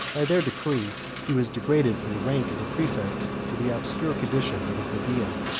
by their decree, he was degraded from the rank of a praefect to the obscure condition of a plebeian,